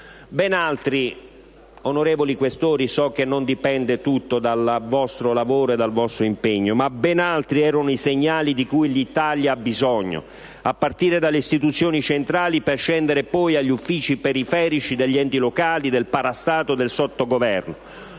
senatori Questori, so che non dipende tutto dal vostro lavoro e dal vostro impegno, ma ben altri erano i segnali di cui l'Italia aveva e ha bisogno, a partire dalle istituzioni centrali, per scendere poi agli uffici periferici degli enti locali, del parastato e del sottogoverno.